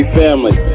family